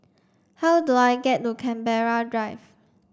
how do I get to Canberra Drive